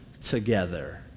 together